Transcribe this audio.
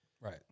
Right